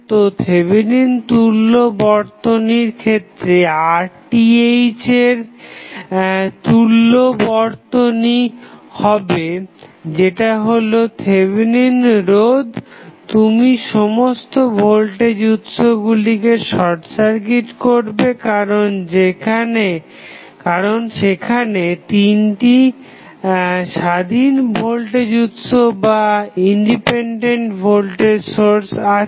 তো থেভেনিন তুল্য বর্তনীর ক্ষেত্রে RTh এর তুল্য বর্তনী হবে যেটা হলো থেভেনিন রোধ তুমি সমস্ত ভোল্টেজ উৎসগুলিকে শর্ট সার্কিট করবে কারণ সেখানে 3 টি স্বাধীন ভোল্টেজ উৎস আছে